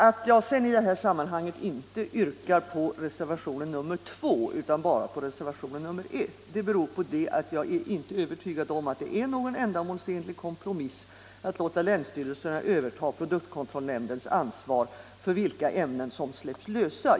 Att jag i detta sammanhang inte yrkar bifall till reservationen 2 utan bara till reservationen 1 beror på att jag inte är övertygad om att det är någon ändamålsenlig kompromiss att låta länsstyrelserna överta produktkontrollnämndens ansvar för vilka ämnen som släpps lösa.